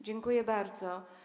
Dziękuję bardzo.